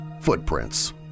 Footprints